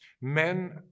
Men